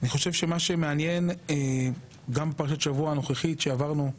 מה שמעניין, גם בפרשת השבוע הנוכחית שעברנו,